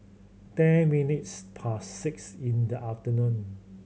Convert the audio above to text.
ten minutes past six in the afternoon